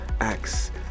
acts